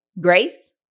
grace